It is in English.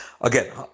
again